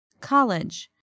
College